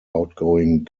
outgoing